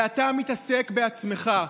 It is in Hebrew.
ואתה מתעסק בעצמך.